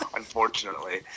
unfortunately